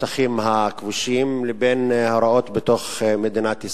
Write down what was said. בשטחים הכבושים לבין ההוראות בתוך מדינת ישראל?